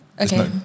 Okay